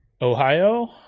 Ohio